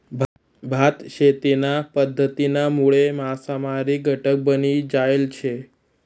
भात शेतीना पध्दतीनामुळे मासामारी घटक बनी जायल शे